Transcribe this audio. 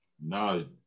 No